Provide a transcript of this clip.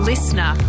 Listener